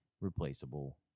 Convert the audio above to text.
replaceable